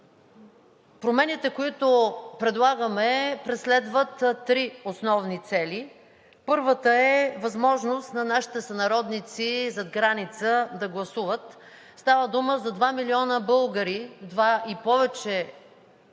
Промените, които предлагаме, преследват три основни цели. Първата е възможност на нашите сънародници зад граница да гласуват – става дума за два милиона българи, два и повече